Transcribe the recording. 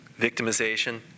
victimization